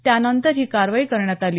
त्यानंतर ही कारवाई करण्यात आली